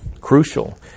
crucial